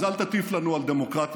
אז אל תטיף לנו על דמוקרטיה,